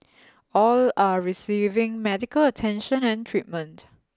all are receiving medical attention and treatment